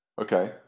Okay